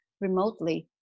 remotely